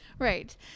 Right